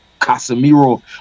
Casemiro